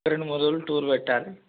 రెండు మూడు రోజులు టూర్ పెట్టాలి